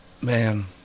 Man